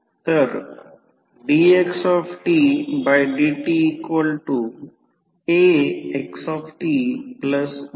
तर dxdtAxtBut